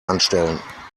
anstellen